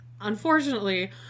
Unfortunately